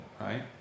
right